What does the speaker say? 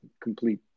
complete